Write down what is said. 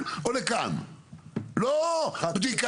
לא יודע,